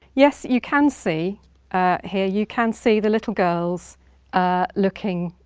yes you can see here, you can see the little girls ah looking,